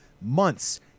months